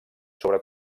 sobre